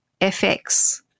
FX